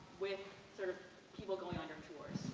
with sort of people going on your tours.